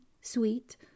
sweet